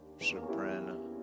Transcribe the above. soprano